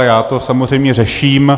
Já to samozřejmě řeším.